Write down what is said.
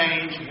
change